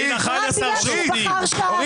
ראית 11 שופטים --- אורית.